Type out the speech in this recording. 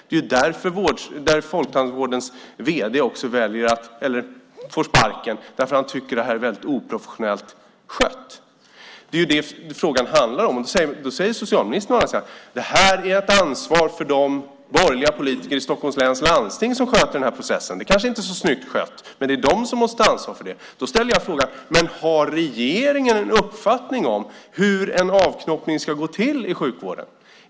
Det är därför folktandvårdens vd får sparken, därför att han tycker att det här är väldigt oprofessionellt skött. Det är det frågan handlar om. Då säger socialministern: Det här är ett ansvar för de borgerliga politiker i Stockholms läns landsting som sköter den här processen. Det kanske inte är så snyggt skött, men det är de som måste ta ansvar för det. Då ställer jag frågan: Men har regeringen en uppfattning om hur en avknoppning ska gå till i sjukvården?